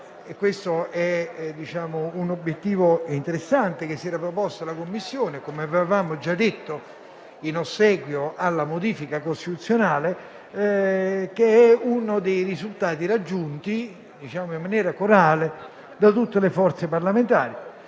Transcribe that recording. questo è uno scopo interessante che si era proposto la Commissione, come avevamo già detto, in ossequio alla modifica costituzionale, che è uno dei risultati raggiunti in maniera corale da tutte le forze parlamentari.